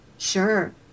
Sure